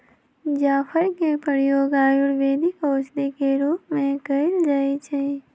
जाफर के प्रयोग आयुर्वेदिक औषधि के रूप में कएल जाइ छइ